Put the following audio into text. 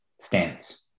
stance